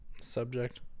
subject